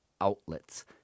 Outlets